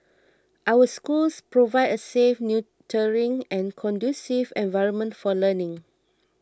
our schools provide a safe nurturing and conducive environment for learning